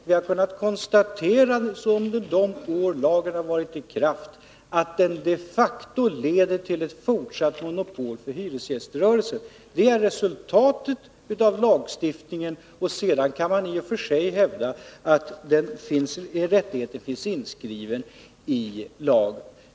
Det har kunnat konstateras under de år lagen varit i kraft att den de facto leder till ett fortsatt monopol för hyresgäströrelsen. Det är resultatet av lagstiftningen. Sedan kan man i och för sig hävda att rättigheter finns inskrivna i lagen.